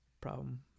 problem